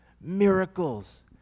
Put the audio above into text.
miracles